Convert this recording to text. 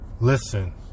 Listen